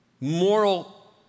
moral